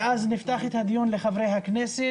אדוני ראש הממשלה, חברי הכנסת